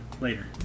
later